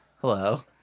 Hello